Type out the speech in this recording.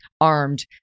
armed